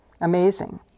Amazing